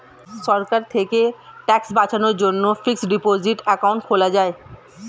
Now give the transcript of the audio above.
সরকার থেকে ট্যাক্স বাঁচানোর জন্যে ফিক্সড ডিপোসিট অ্যাকাউন্ট খোলা যায়